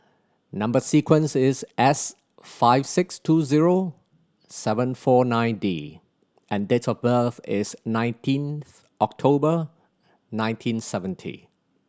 number sequence is S five six two zero seven four nine D and date of birth is nineteenth October nineteen seventy